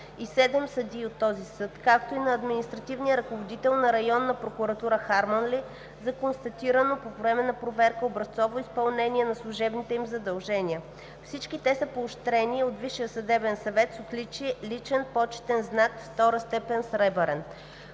съдии от този съд, както и на административния ръководител на Районна прокуратура – Харманли, за констатираното по време на проверките образцово изпълнение на служебните им задължения. Всички те са поощрени от ВСС с отличие „личен почетен знак втора степен – сребърен“.